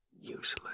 useless